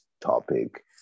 topic